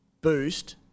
boost